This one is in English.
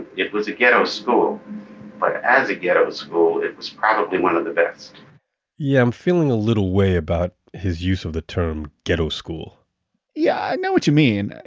it was a ghetto school. but as a ghetto school, it was probably one of the best yeah. i'm feeling a little way about his use of the term ghetto school yeah. i know what you mean.